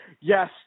yes